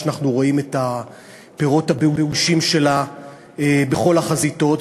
שאנחנו רואים את פירות הבאושים שלה בכל החזיתות.